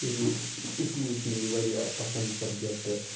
از لیے اِس لیے چھِ مےٚ یہِ وارِیاہ پسنٛد سبجکٹ